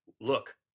look